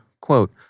Quote